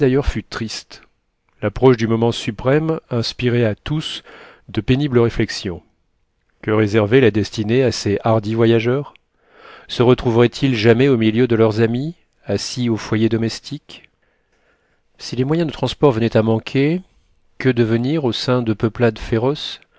fut triste l'approche du moment suprême inspirait à tous de pénibles réflexions que réservait la destinée à ces hardis voyageurs se retrouveraient ils jamais au milieu de leurs amis assis au foyer domestique si les moyens de transport venaient à manquer que devenir au sein de peuplades féroces